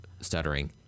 stuttering